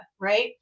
right